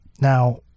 Now